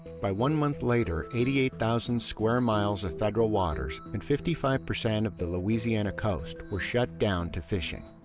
by one month later, eighty eight thousand square miles of federal waters and fifty five percent of the louisiana coast were shut down to fishing.